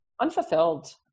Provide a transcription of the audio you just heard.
unfulfilled